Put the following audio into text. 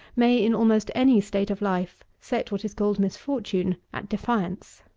may, in almost any state of life, set what is called misfortune at defiance.